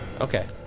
Okay